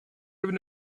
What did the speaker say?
given